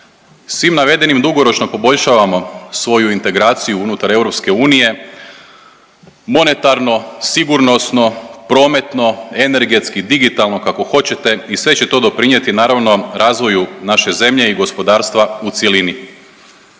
Svim navedenim dugoročno poboljšavamo svoju integraciju unutar EU, monetarno, sigurnosno, prometno, energetski, digitalno, kako hoćete i sve će to doprinjeti naravno razvoju naše zemlje i gospodarstva u cjelini.